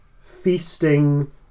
feasting